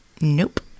Nope